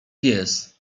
pies